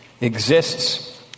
exists